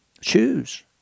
Choose